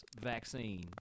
vaccine